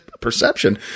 perception